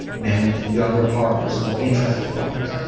men with younger partners, more interested partners.